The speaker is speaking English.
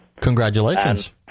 Congratulations